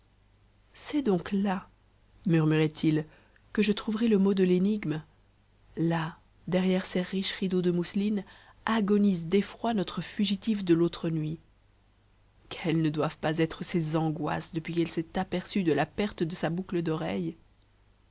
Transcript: c'est donc là murmurait-il que je trouverai le mot de l'énigme là derrière ces riches rideaux de mousseline agonise d'effroi notre fugitive de l'autre nuit quelles ne doivent pas être ses angoisses depuis qu'elle s'est aperçue de la perte de sa boucle d'oreille